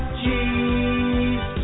cheese